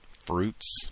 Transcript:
fruits